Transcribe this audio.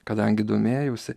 kadangi domėjausi